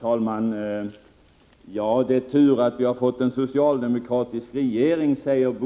Herr talman! Det är tur att vi har fått en socialdemokratisk regering som